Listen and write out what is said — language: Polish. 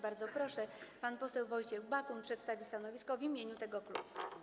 Bardzo proszę, pan poseł Wojciech Bakun przedstawi stanowisko w imieniu tego klubu.